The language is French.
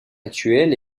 actuelle